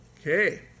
Okay